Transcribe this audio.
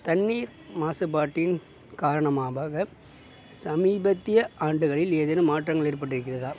தண்ணீர் மாசுபாட்டின் காரணமாக சமீபத்திய ஆண்டுகளில் ஏதேனும் மாற்றங்கள் ஏற்பட்டிக்கிறதா